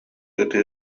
ытыы